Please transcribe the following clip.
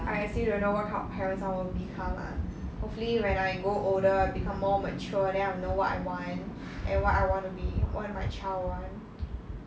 I still don't know what kind of parents I will become ah hopefully when I go older become more mature then I'll know what I want and what I want to be what my child want